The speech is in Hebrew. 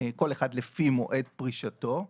כל אחד לפי מועד פרישתו,